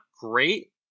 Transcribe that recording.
great